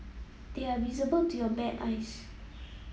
they are visible to your bare eyes